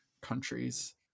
countries